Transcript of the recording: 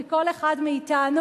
מכל אחד מאתנו,